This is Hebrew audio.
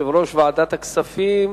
יושב-ראש ועדת הכספים,